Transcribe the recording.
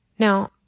Now